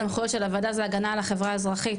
נגיד שאחת הסמכויות של הוועדה היא הגנה על החברה האזרחית.